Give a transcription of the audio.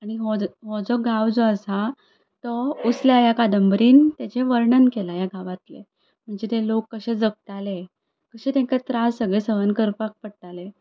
आनी हो जो हो जो गांव जो आसा तो उसल्या ह्या कादंबरीन तेचे वर्णन केलां ह्या गांवांतलें म्हणजे ते लोक कशे जगताले कशे तेंकां त्रास सगले सहन करपाक पडटाले